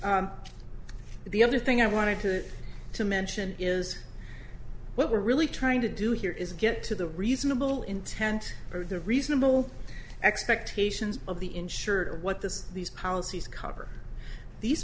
the other thing i want to to mention is what we're really trying to do here is get to the reasonable intent or the reasonable expectations of the insured or what this these policies cover these